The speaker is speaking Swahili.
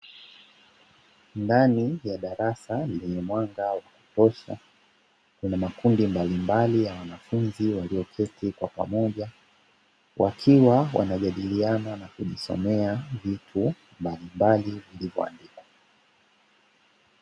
Ndani ya darasa lenye mwanga wakutosha kuna makundi mbalimbali ya wanafunzi walioketi kwa pamoja, wakiwa wanajadiliana na kujisomea vitu mbalimbali vilivyoandikwa.